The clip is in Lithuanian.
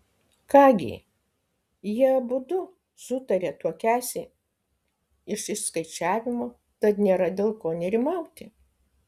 ką gi jie abudu sutarė tuokiąsi iš išskaičiavimo tad nėra dėl ko nerimauti